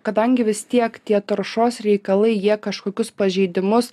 kadangi vis tiek tie taršos reikalai jie kažkokius pažeidimus